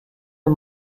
est